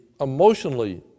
emotionally